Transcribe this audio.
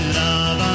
love